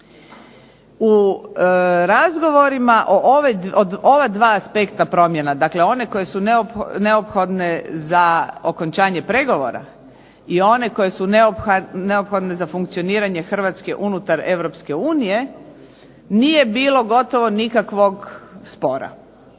U razgovorima o ova dva aspekta promjena, dakle, one koje su neophodne za okončanje pregovore i one koje su neophodne za funkcioniranje Hrvatske unutar Europske unije, nije bilo gotovo nikakvog spora.